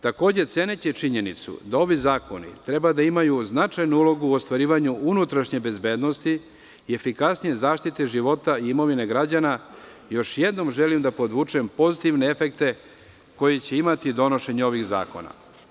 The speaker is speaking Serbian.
Takođe, ceneći činjenicu da ovi zakoni treba da imaju značajnu ulogu u ostvarivanju unutrašnje bezbednosti i efikasnije zaštite života i imovine građana, još jednom želim da podvučem pozitivne efekte koji će postojati donošenje ovog zakona.